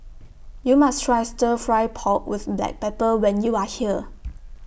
YOU must Try Stir Fry Pork with Black Pepper when YOU Are here